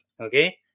Okay